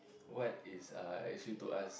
what is uh actually to us